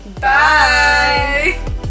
Bye